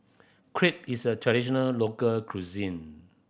crepe is a traditional local cuisine